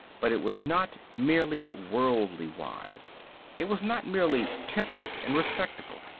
but it was not merely worldly wise it was not merely temperate and respectable.